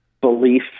belief